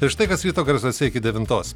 ir štai kas ryto garsuose iki devintos